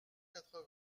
quatre